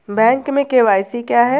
Bank में KYC क्या है?